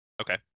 Okay